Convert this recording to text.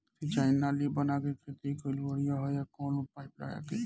सिंचाई नाली बना के खेती कईल बढ़िया ह या कवनो पाइप लगा के?